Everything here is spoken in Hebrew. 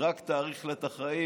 היא רק תאריך לה את החיים.